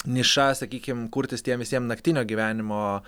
niša sakykim kurtis tiem visiem naktinio gyvenimo